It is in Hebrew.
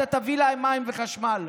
אתה תביא להם מים וחשמל.